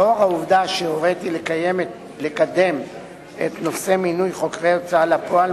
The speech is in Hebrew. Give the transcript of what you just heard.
לאור העובדה שהוריתי לקדם את נושא מינוי חוקרי הוצאה לפועל,